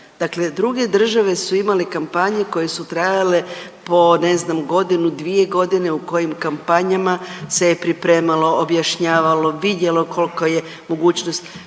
dakle druge države su imale kampanje koje su trajale po ne znam godinu, dvije godine u kojim kampanjama se je pripremalo, objašnjavalo, vidjelo kolka je mogućnost,